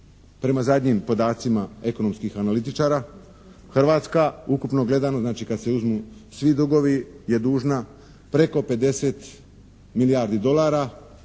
prema zadnjim podacima ekonomskih analitičara Hrvatska ukupno gledamo znači kad se uzmu svi dugovi je dužna preko 50 milijardi dolara.